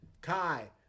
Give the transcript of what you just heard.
Kai